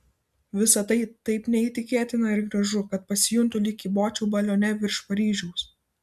visa tai taip neįtikėtina ir gražu kad pasijuntu lyg kybočiau balione virš paryžiaus